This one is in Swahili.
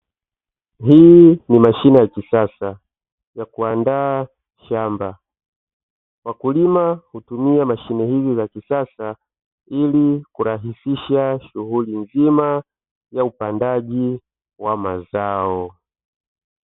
Hii ni mashine ya kisasa ya kuandaa shamba, wakulima hutumia mashine hizi za kisasa ili kurahisisha shughuli nzima ya upandaji wa mazao.